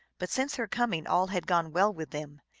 but since her coming all had gone well with them,